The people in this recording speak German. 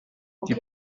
die